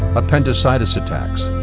appendicitis attacks,